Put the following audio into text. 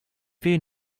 bmw